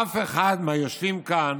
אף אחד מהיושבים כאן,